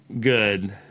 good